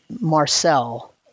Marcel